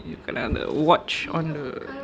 you kena the watch on the